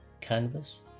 canvas